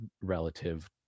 relative